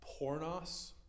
pornos